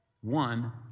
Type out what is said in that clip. one